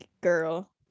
girl